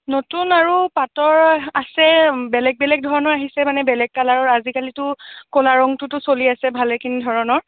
নতুন আৰু পাটৰ আছে বেলেগ বেলেগ ধৰণৰ আহিছে মানে বেলেগ কালাৰৰ আজিকালিতো ক'লা ৰংটোতো চলি আছে ভালেখিনি ধৰণৰ